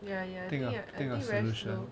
ya ya I think I think you very slow